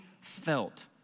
felt